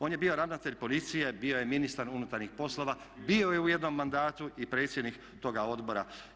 On je bio ravnatelj policije, bio je ministar unutarnjih poslova, bio je u jednom mandatu i predsjednik toga odbora.